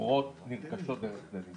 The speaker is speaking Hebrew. עוברות ונרכשות דרך כללית.